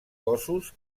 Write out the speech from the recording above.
cossos